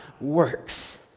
works